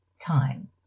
time